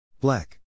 Black